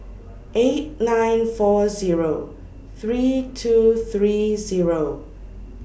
eight nine four Zero three two three Zero